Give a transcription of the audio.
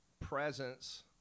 presence